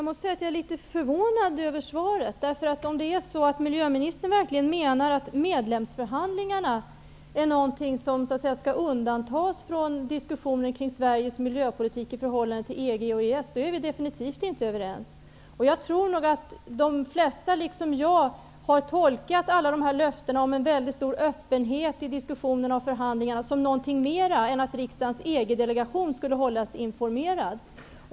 Herr talman! Jag är litet förvånad över miljöministerns svar. Om miljöministern verkligen menar att medlemsförhandlingarna skall undantas från diskussionen kring Sveriges miljöpolitik i förhållande till EG och EES är vi definitivt inte överens. Jag tror att de flesta, precis som jag, har tolkat alla löften om en väldigt stor öppenhet i diskussionerna och förhandlingarna som något mera än att riksdagens EG-delegation skall hållas informerad.